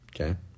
Okay